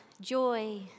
joy